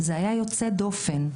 זה היה יוצא דופן.